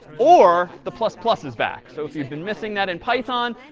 or the plus-plus is back. so if you've been missing that in python,